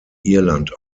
irland